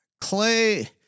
clay